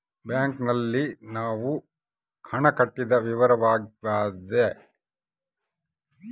bank ನಲ್ಲಿ ನಾವು ಹಣ ಕಟ್ಟಿದ ವಿವರವಾಗ್ಯಾದ